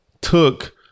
took